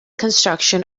construction